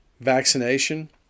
vaccination